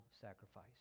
sacrifice